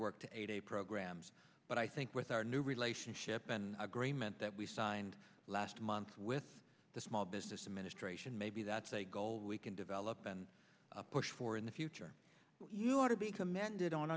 a programs but i think with our new relationship and i agree meant that we signed last month with the small business administration maybe that's a goal we can develop and push for in the future you ought to be commended on